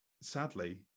sadly